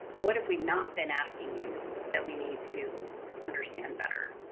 what have we not been asking you that we need to understand better?